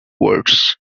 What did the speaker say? words